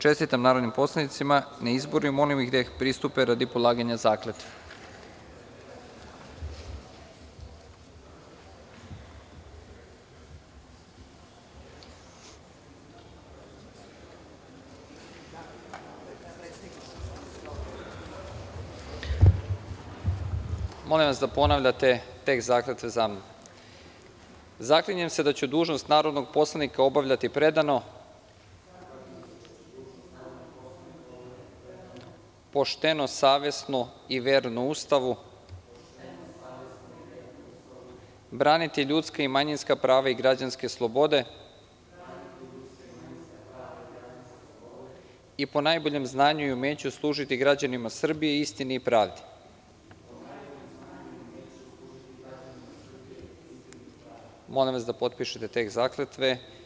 Čestitam narodnim poslanicima na izboru i molim da pristupe radi polaganja zakletve. (Predsednik čita tekst zakletve, a narodni poslanici ponavljaju.) „ZAKLINjEM SE DA ĆU DUŽNOST NARODNOG POSLANIKA OBAVLjATI PREDANO, POŠTENO, SAVESNO I VERNO USTAVU, BRANITI LjUDSKA I MANjINSKA PRAVA I GRAĐANSKE SLOBODE I PO NAJBOLjEM ZNANjU I UMEĆU SLUŽITI GRAĐANIMA SRBIJE, ISTINI I PRAVDI!“ Molim vas da potpišete tekst zakletve.